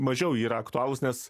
mažiau yra aktualūs nes